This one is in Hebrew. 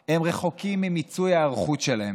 מאי-ספיקה, הם רחוקים ממיצוי ההיערכות שלהם.